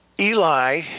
Eli